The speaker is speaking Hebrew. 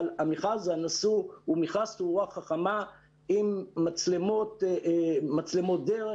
המשרד הוא מכרז תאורה חכמה עם מצלמות דרך,